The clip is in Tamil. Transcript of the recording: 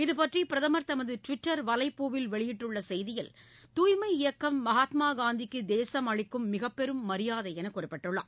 இதுபற்றி பிரதமர் தமது ட்விட்டர் வலைப்பூவில் வெளியிட்டுள்ள செய்தியில் தூய்மை இயக்கம் மகாத்மா காந்திக்கு தேசம் அளிக்கும் மிகப்பெரும் மரியாதை என்று குறிப்பிட்டுள்ளார்